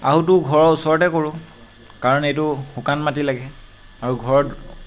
আহুটো ঘৰৰ ওচৰতে কৰোঁ কাৰণ এইটো শুকান মাটি লাগে আৰু ঘৰত